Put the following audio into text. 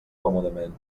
còmodament